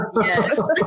Yes